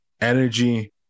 energy